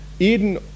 Eden